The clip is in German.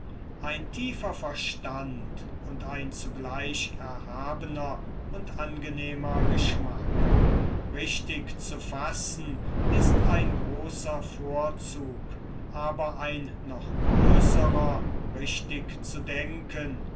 ein tiefer verstand und ein zugleich erhabener und angenehmer geschmack richtig zu fassen ist ein großer vorzug aber ein noch größerer richtig zu denken